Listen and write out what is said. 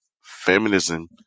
feminism